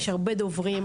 יש הרבה דוברים,